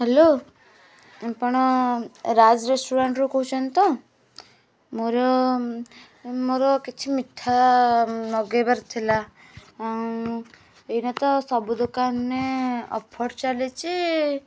hello ଆପଣ ରାଜ୍ ରେଷ୍ଟୁରାଣ୍ଟରୁ କହୁଛନ୍ତି ତ ମୋର ମୋର କିଛି ମିଠା ମଗାଇବାର ଥିଲା ଏଇନା ତ ସବୁ ଦୋକାନରେ ଅଫର୍ ଚାଲିଛି